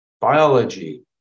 Biology